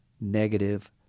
negative